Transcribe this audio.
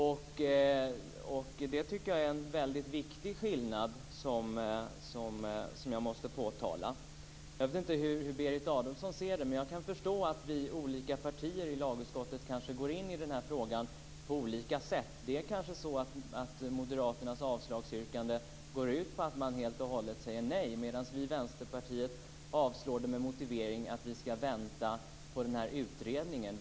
Jag tycker att det är en väldigt viktig skillnad som jag måste påtala. Jag vet inte hur Berit Adolfsson ser det, men jag kan förstå att de olika partierna i lagutskottet kanske går in i den här frågan på olika sätt. Det är kanske så att Moderaternas avslagsyrkande går ut på att man helt och hållet säger nej, medan vi i Vänsterpartiet vill avslå det med motiveringen att vi ska vänta på utredningen.